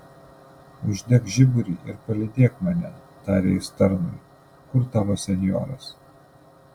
uždek žiburį ir palydėk mane tarė jis tarnui kur tavo senjoras